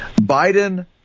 Biden